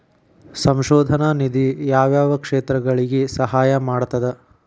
ಸಂಶೋಧನಾ ನಿಧಿ ಯಾವ್ಯಾವ ಕ್ಷೇತ್ರಗಳಿಗಿ ಸಹಾಯ ಮಾಡ್ತದ